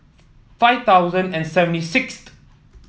five thousand and seventy sixth